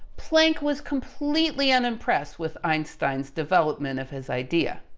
planck was completely unimpressed with einstein's development of his idea,